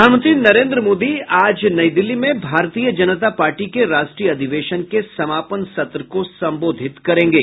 प्रधानमंत्री नरेन्द्र मोदी आज नई दिल्ली में भारतीय जनता पार्टी के राष्ट्रीय अधिवेशन के समापन सत्र को सम्बोधित करेंगे